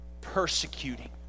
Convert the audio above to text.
persecuting